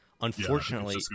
unfortunately